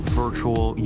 virtual